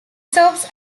serves